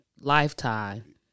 lifetime